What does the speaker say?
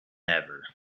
ever